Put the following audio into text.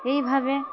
এইভাবে